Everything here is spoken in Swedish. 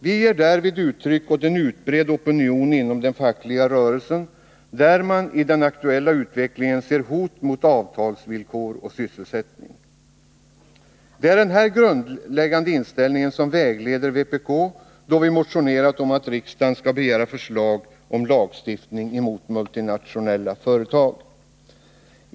Vi ger därvid uttryck åt en utbredd opinion inom den fackliga rörelsen, där man i den aktuella utvecklingen ser hot mot avtalsvillkor och sysselsättning. Det är denna grundinställning som har väglett vpk då vi har motionerat om att riksdagen skall begära förslag om lagstiftning mot multinationella företag.